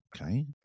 okay